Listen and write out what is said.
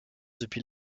depuis